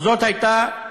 זאת הייתה אמירה,